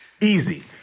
Easy